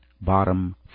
bottom